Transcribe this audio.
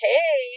Hey